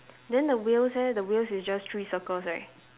then the wheels eh the wheels is just three circles right